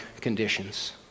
conditions